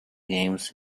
games